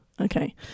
Okay